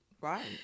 Right